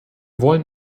wollen